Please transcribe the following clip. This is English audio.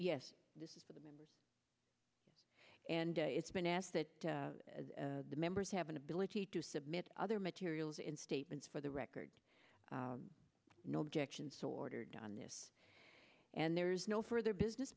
yes this is for the members and it's been asked that the members have an ability to submit other materials in statements for the record no objection so ordered on this and there's no further business